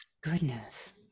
Goodness